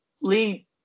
Lee